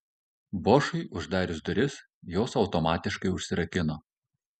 bošui uždarius duris jos automatiškai užsirakino